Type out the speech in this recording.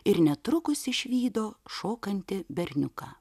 ir netrukus išvydo šokantį berniuką